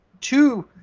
two